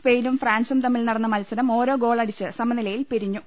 സ്പെയിനും ഫ്രാൻസും തമ്മിൽ നടന്ന മത്സരം ഓരോ ഗോൾ അടിച്ച് സമനിലയിൽ പിരിഞ്ഞു